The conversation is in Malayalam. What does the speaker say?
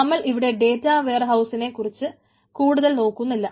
നമ്മൾ ഇവിടെ ഡേറ്റാ വെയർഹൌസിനെ കുറിച്ച് കൂടുതൽ നോക്കുന്നില്ല